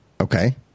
Okay